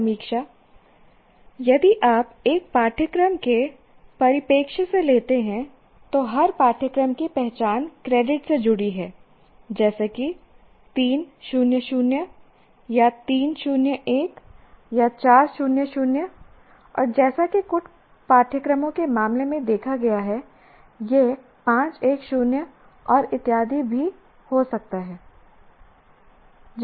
समीक्षा यदि आप एक पाठ्यक्रम के परिप्रेक्ष्य से लेते हैं तो हर पाठ्यक्रम की पहचान क्रेडिट से जुड़ी है जैसे कि 3 0 0 3 0 1 या 4 0 0 और जैसा कि कुछ पाठ्यक्रमों के मामले में देखा गया है यह 5 1 0 और इत्यादि भी हो सकता है